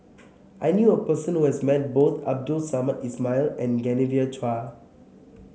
I knew a person who has met both Abdul Samad Ismail and Genevieve Chua